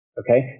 okay